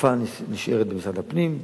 והאכיפה נשארת במשרד הפנים.